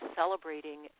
celebrating